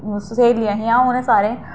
स्हेलियां हियां उ'नें सारें